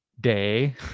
day